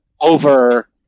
over